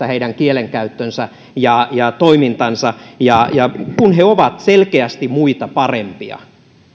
heidän kielenkäyttönsä ja ja toimintansa on siis tämäntyyppistä ja kun he ovat selkeästi muita parempia